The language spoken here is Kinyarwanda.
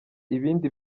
ibindi